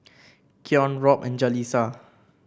Keon Robb and Jaleesa